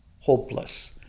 Hopeless